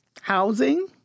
housing